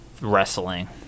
Wrestling